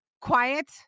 quiet